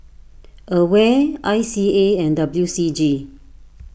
Aware I C A and W C G